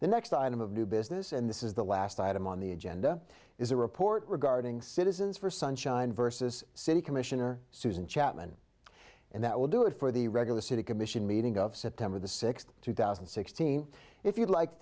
the next item of new business and this is the last item on the agenda is a report regarding citizens for sunshine versus city commissioner susan chatman and that will do it for the regular city commission meeting of september the sixth two thousand and sixteen if you'd like to